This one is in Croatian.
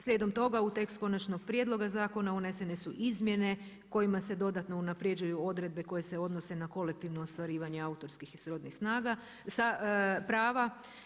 Slijedom toga, u tekst konačnog prijedloga zakona unesene su izmjene kojima se dodatno unapređuju odredbe koje se odnose na kolektivno ostvarivanje autorskih i srodnih prava.